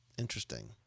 interesting